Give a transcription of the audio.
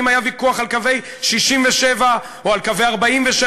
האם היה ויכוח על קווי 67' או על קווי 47'?